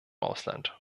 ausland